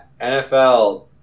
NFL